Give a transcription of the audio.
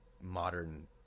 modern